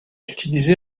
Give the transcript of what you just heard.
utilisée